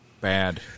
Bad